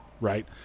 right